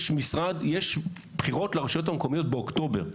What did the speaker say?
יש בחירות לרשויות המקומיות באוקטובר,